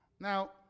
Now